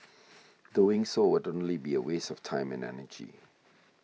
doing so would only be a waste of time and energy